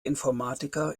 informatiker